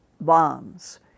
bombs